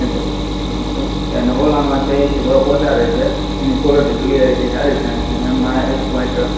ની capacity okay અને પેલામાં છે એથી થોડોક વધારે છે એની ક્વોલેટી ક્લિઆરિટી સારી છે એ અને એમાં એક પોઇન્ટ